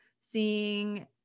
seeing